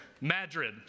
Madrid